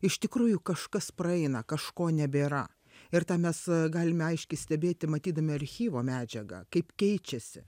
iš tikrųjų kažkas praeina kažko nebėra ir tą mes galime aiškiai stebėti matydami archyvo medžiagą kaip keičiasi